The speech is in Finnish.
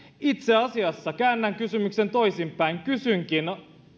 itse asiassa käännän kysymyksen toisinpäin ja kysynkin